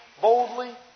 boldly